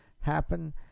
happen